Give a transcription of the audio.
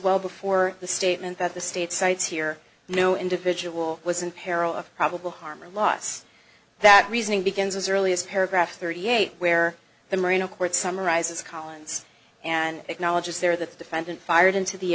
well before the statement that the state cites here no individual was in peril of probable harm or loss that reasoning begins as early as paragraph thirty eight where the marino court summarizes collins and acknowledges there the defendant fired into the